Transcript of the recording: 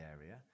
area